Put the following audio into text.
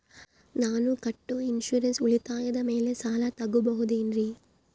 ನಾನು ಕಟ್ಟೊ ಇನ್ಸೂರೆನ್ಸ್ ಉಳಿತಾಯದ ಮೇಲೆ ಸಾಲ ತಗೋಬಹುದೇನ್ರಿ?